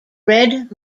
red